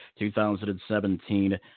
2017